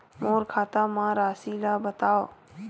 मोर खाता म राशि ल बताओ?